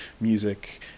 music